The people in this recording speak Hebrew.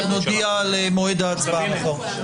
ונודיע על מועד ההצבעה מחר.